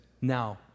Now